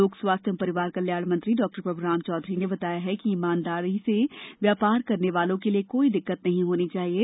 लोक स्वास्थ्य एवं परिवार कल्याण मंत्री डॉ प्रभुराम चौधरी ने बताया कि ईमानदारी से व्यापार करने वालों के लिये कोई दिक्कत नहीं होना चाहिये